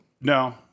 No